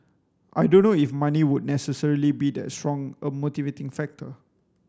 I don't know if money would necessarily be that strong a motivating factor